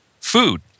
food